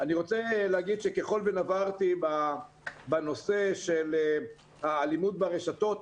אני רוצה לומר שככל שנברתי בנושא של האלימות ברשתות,